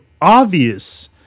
obvious